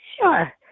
Sure